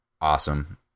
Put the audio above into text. awesome